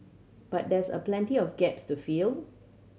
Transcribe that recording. but there's a plenty of gaps to fill